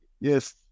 Yes